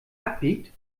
abbiegt